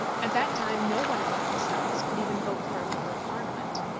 at that time no one in the post office could even vote for a member of parliament.